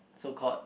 so called